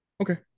okay